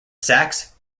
sachs